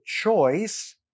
choice